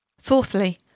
Fourthly